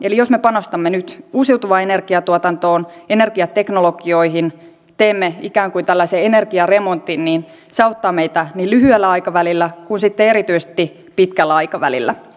eli jos me panostamme nyt uusiutuvaan energiantuotantoon energiateknologioihin teemme ikään kuin tällaisen energiaremontin niin se auttaa meitä niin lyhyellä aikavälillä kuin sitten erityisesti pitkällä aikavälillä